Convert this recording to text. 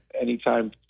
anytime